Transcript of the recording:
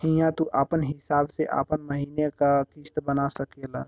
हिंया तू आपन हिसाब से आपन महीने का किस्त बना सकेल